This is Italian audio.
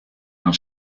non